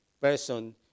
person